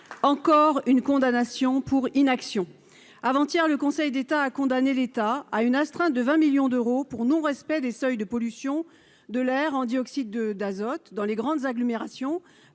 encore une condamnation pour inaction avant- hier, le Conseil d'État a condamné l'État à une astreinte de 20 millions d'euros pour non respect des seuils de pollution de l'air en dioxyde de d'azote dans les grandes agglomérations,